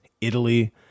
Italy